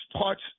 parts